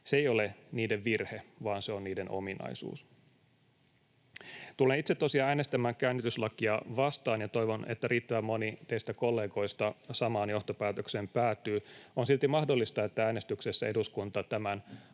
se ei ole niiden virhe, vaan se on niiden ominaisuus. Tulen itse tosiaan äänestämään käännytyslakia vastaan, ja toivon, että riittävän moni teistä kollegoista samaan johtopäätökseen päätyy. On silti mahdollista, että äänestyksessä eduskunta tämän